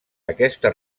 aquesta